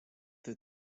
the